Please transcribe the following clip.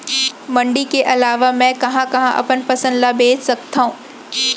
मण्डी के अलावा मैं कहाँ कहाँ अपन फसल ला बेच सकत हँव?